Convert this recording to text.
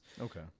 Okay